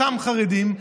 היותם חרדים.